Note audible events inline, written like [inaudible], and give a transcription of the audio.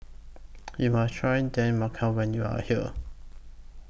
[noise] YOU must Try Dal [unintelligible] when YOU Are here